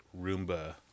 Roomba